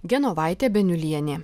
genovaitė beniulienė